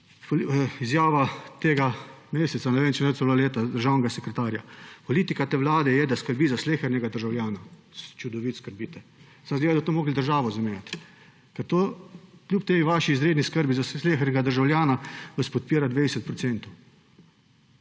Izjava tega ministrstva, ne vem če celo državnega sekretarja: »Politika te vlade je, da skrbi za slehernega državljana.« Čudovito skrbite! Samo izgleda, da boste morali državo zamenjati, ker kljub tej vaši izredni skrbi za slehernega državljana, vas podpira 20